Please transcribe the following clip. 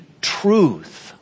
truth